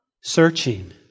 searching